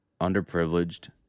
underprivileged